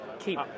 keep